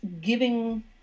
giving